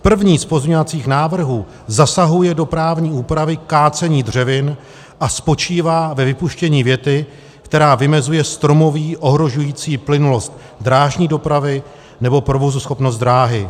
První z pozměňovacích návrhů zasahuje do právní úpravy kácení dřevin a spočívá ve vypuštění věty, která vymezuje stromoví ohrožující plynulost drážní dopravy nebo provozuschopnost dráhy.